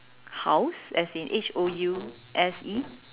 house as in H O U S E